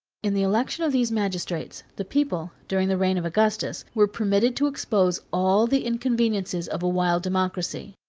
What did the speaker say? in the election of these magistrates, the people, during the reign of augustus, were permitted to expose all the inconveniences of a wild democracy.